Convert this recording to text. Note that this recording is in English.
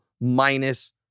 minus